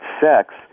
sex